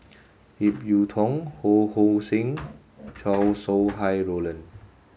Ip Yiu Tung Ho Hong Sing Chow Sau Hai Roland